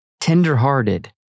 tenderhearted